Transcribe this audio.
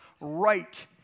right